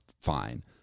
fine